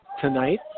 tonight